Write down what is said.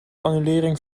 annulering